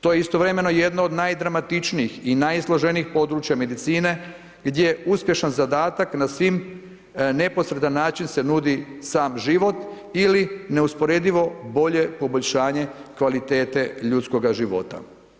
To je istovremeno jedno od najdramatičnijih i najsloženijih području medicine gdje uspješan zadatak na svim neposredan način se nudi sam život ili neusporedivo bolje poboljšanje kvalitete ljudskoga života.